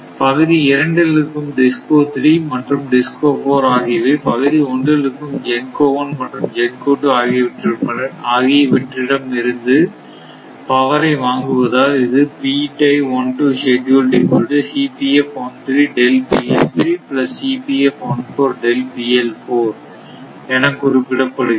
பகுதி இரண்டில் இருக்கும் DISCO 3 மற்றும் DISCO 4 ஆகியவை பகுதி ஒன்றில் இருக்கும் GENCO 1 மற்றும் GENCO 2 ஆகியவற்றிடம் இருந்து பவரை வாங்குவதால் இது என குறிப்பிடப்படுகிறது